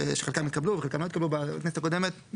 שחלקן התקבלו וחלקן לא התקבלו בכנסת הקודמת,